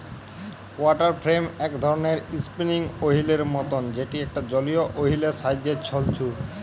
water frame এক ধরণের spinning wheel এর মতন যেটি একটা জলীয় ওহীল এর সাহায্যে ছলছু